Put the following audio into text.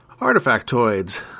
Artifactoids